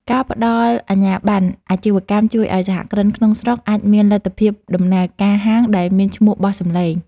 ការផ្តល់អាជ្ញាប័ណ្ណអាជីវកម្មជួយឱ្យសហគ្រិនក្នុងស្រុកអាចមានលទ្ធភាពដំណើរការហាងដែលមានឈ្មោះបោះសម្លេង។